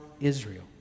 Israel